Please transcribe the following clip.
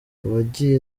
abagiye